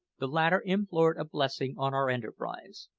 the latter implored a blessing on our enterprise.